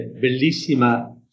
bellissima